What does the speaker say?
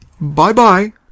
Bye-bye